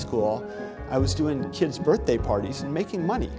school i was doing kids birthday parties and making money